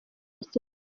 cyinshi